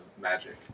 Magic